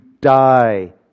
die